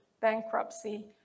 bankruptcy